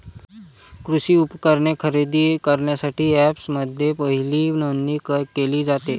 कृषी उपकरणे खरेदी करण्यासाठी अँपप्समध्ये पहिली नोंदणी केली जाते